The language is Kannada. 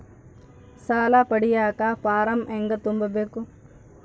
ಸಾಲ ಪಡಿಯಕ ಫಾರಂ ಹೆಂಗ ತುಂಬಬೇಕು?